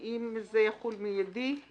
האם זה יחול מיידי?